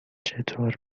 چطور